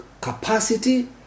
capacity